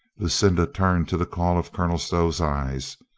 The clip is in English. lucinda turned to the call of colonel stow's eyes.